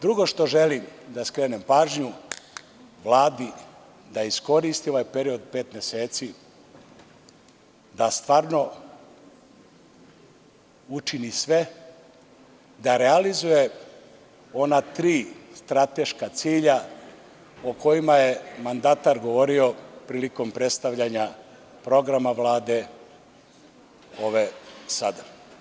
Drugo što želim da skrenem pažnju Vladi da iskoristi ovaj period od pet meseci da stvarno učini sve da realizuje ona tri strateška cilja o kojima je mandatar govorio prilikom predstavljanja programa Vlade ove sada.